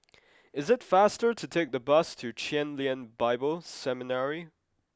it is faster to take the bus to Chen Lien Bible Seminary